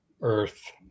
earth